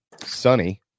sunny